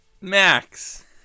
Max